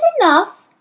enough